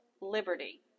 liberty